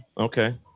Okay